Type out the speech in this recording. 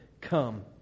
come